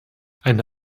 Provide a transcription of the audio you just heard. eine